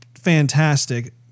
fantastic